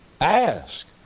Ask